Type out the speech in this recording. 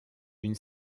une